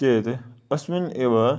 चेत् अस्मिन् एव